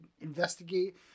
investigate